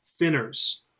thinners